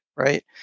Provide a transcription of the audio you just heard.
right